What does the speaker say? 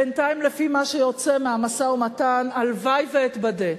בינתיים, לפי מה שיוצא מהמשא-ומתן, הלוואי שאתבדה,